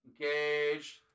engaged